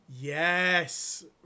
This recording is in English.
yes